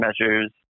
measures